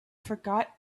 forgot